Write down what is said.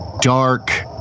dark